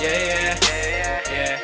yeah yeah yeah